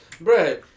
bro